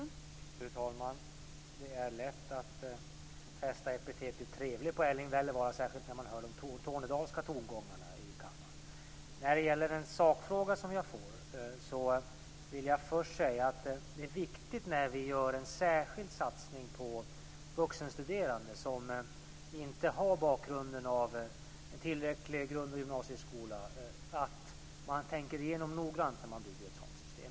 Fru talman! Det är lätt att fästa epitetet trevlig på Erling Wälivaara, särskilt när man hör de tornedalska tongångarna i kammaren. Sedan var det sakfrågan. Det är viktigt att när vi gör en särskild satsning på vuxenstuderande som inte har en bakgrund med tillräckliga grunder från gymnasieskolan att noga tänka igenom hur ett sådant system byggs.